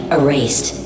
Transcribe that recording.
erased